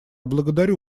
благодарю